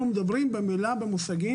אנחנו מדברים במילה, המושג הוא